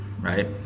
right